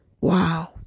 Wow